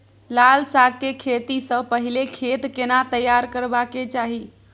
लाल साग के खेती स पहिले खेत केना तैयार करबा के चाही?